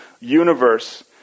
universe